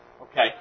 Okay